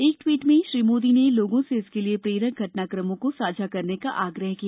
एक ट्वीट में श्री मोदी ने लोगों से इसके लिए प्रेरक घटनाक्रमों को साझा करने का आग्रह किया